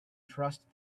trust